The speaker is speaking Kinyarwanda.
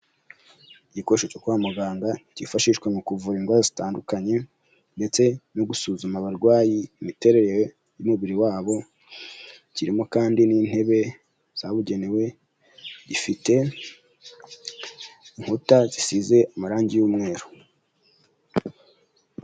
Igikoresho cyo kwa muganga cyifashishwa mu kuvura indwara zitandukanye, ndetse no gusuzuma abarwayi imiterere y'umubiri wabo, kirimo kandi n'intebe zabugenewe, gifite inkuta zisize amarangi y'umweru.